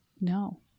No